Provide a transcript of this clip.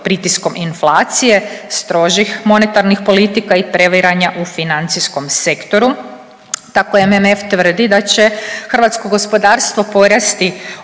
pritiskom inflacije strožih monetarnih politika i previranje u financijskom sektoru. Tako MMF tvrdi da će hrvatsko gospodarstvo porasti